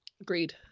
Agreed